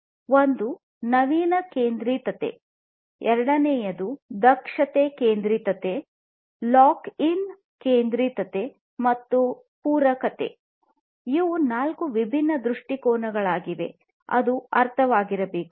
ಒಂದು ನವೀನ ಕೇಂದ್ರಿತತೆ ಎರಡನೆಯದು ದಕ್ಷತೆ ಕೇಂದ್ರಿತತೆ ಲಾಕ್ ಇನ್ ಕೇಂದ್ರಿತತೆ ಮತ್ತು ಪೂರಕತೆ ಇವು ನಾಲ್ಕು ವಿಭಿನ್ನ ದೃಷ್ಟಿಕೋನಗಳಾಗಿವೆ ಅವು ಅರ್ಥವಾಗಿರಬೇಕು